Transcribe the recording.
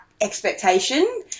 expectation